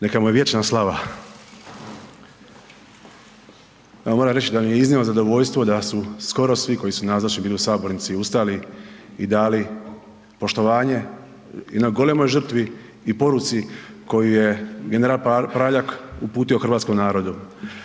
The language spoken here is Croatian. Neka mu je vječna slava. Evo, moram reći da mi je iznimno zadovoljstvo da su skoro svi koji su nazočni bili u sabornici ustali i dali poštovanje jednoj golemoj žrtvi i poruci koju je general Praljak uputio hrvatskom narodu.